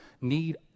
need